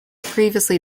previously